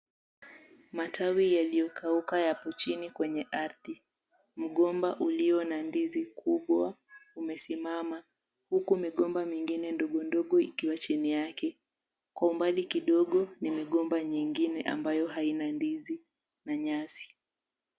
Matawi yaliyokauka yako chini kwenye ardhi, mgomba ulio na ndizi kubwa umesimama, huku migomba mingine ndogo ndogo ikiwa chini yake. Kando kidogo ni migomba mingine ambayo haina ndizi na nyasi.